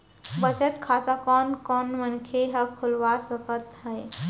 बचत खाता कोन कोन मनखे ह खोलवा सकत हवे?